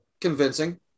convincing